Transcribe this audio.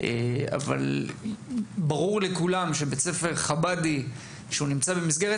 אבל ברור לכולם שבית ספר חב"די שנמצא במסגרת